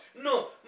No